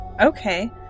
okay